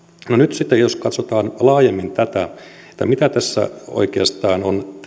sitten jos katsotaan laajemmin tätä valtion omistajapolitiikkaa mitä tässä oikeastaan on tehty